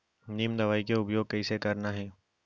नीम दवई के उपयोग कइसे करना है?